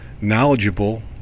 knowledgeable